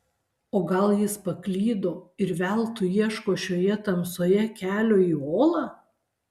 o gal jis paklydo ir veltui ieško šioje tamsoje kelio į olą